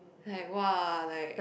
like !wah! like